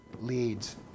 leads